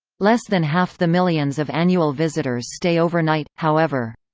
less than half the millions of annual visitors stay overnight, however.